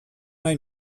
nahi